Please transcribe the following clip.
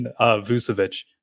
Vucevic